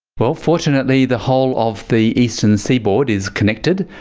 well, fortunately the whole of the eastern seaboard is connected,